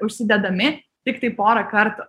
užsidedami tiktai pora kartų